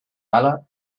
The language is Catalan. bala